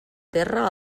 terra